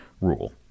rule